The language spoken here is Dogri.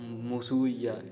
मौसू होई गेआ